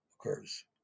occurs